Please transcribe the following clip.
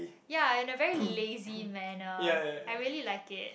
ya in a very lazy manner I really like it